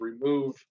remove